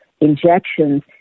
injections